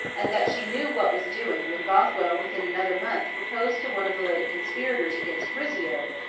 and that she knew what was doing, when bothwell within another month proposed to one of the late conspirators against rizzio,